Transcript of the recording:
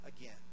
again